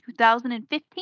2015